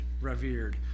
revered